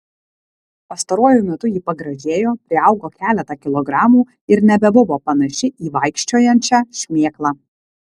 pastaruoju metu ji pagražėjo priaugo keletą kilogramų ir nebebuvo panaši į vaikščiojančią šmėklą